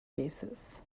basis